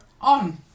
on